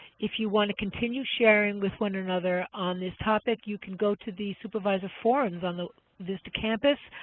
if you want to continue sharing with one another on this topic, you can go to the supervisor forums on the vista campus